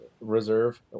Reserve